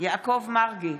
יעקב מרגי,